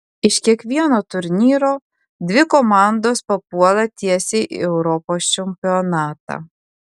iš kiekvieno turnyro dvi komandos papuola tiesiai į europos čempionatą